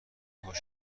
خوش